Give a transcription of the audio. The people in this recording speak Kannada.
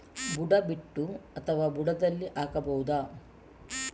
ಬುಡ ಬಿಟ್ಟು ಅಥವಾ ಬುಡದಲ್ಲಿ ಹಾಕಬಹುದಾ?